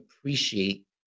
appreciate